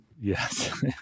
Yes